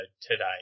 today